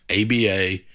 ABA